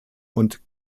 und